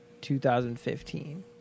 2015